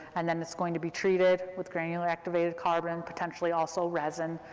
and then it's going to be treated with granular activated carbon, potentially also resin